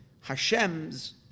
Hashem's